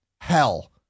hell